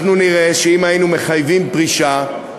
אנחנו נראה שאם היינו מחייבים פרישה,